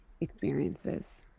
experiences